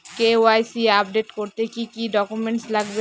KYC update করতে কি কি ডকুমেন্টস লাগবে?